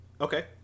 Okay